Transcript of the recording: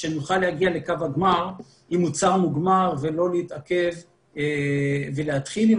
שנוכל להגיע לקו הגמר עם מוצר מוגמר ולא להתעכב ולהתחיל עם